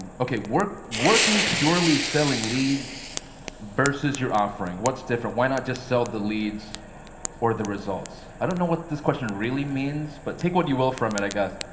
okay working purely selling leads versus you're offering, what's different? why not just sell the leads or the results? i don't know what this question really means but take what you will from it i guess.